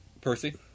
Percy